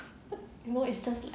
no it's just like